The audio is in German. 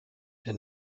der